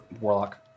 warlock